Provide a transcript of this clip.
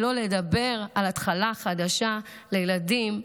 שלא לדבר על התחלה חדשה לילדים,